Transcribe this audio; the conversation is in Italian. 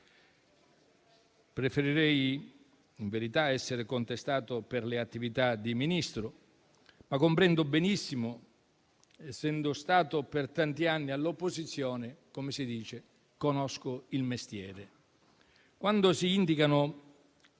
Preferirei in verità essere contestato per le attività di Ministro, ma essendo stato per tanti anni all'opposizione - come si si suol dire - conosco il mestiere. Quando si indicano